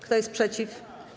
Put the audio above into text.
Kto jest przeciw?